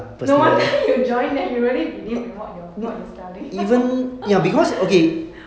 no wonder you join and you really believe in what you are what you are selling